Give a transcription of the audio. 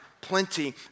plenty